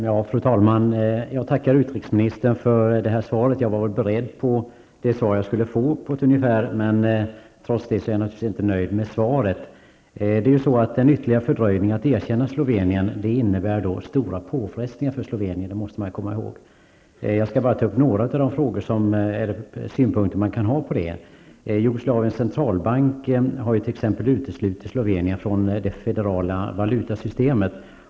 Fru talman! Jag tackar utrikesministern för svaret. Jag var beredd på det svar jag skulle få. Men trots det är jag naturligtvis inte nöjd med svaret. En ytterligare fördröjning att erkänna Slovenien innebär stora påfrestningar för Slovenien. Man måste komma ihåg det. Jag skall ta fram några av de synpunkter som finns. Jugoslaviens centralbank har uteslutit Slovenien från det federala valutasystemet.